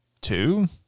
two